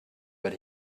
but